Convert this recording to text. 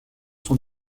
sont